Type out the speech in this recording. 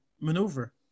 maneuver